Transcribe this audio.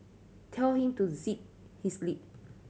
tell him to zip his lip